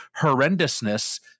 horrendousness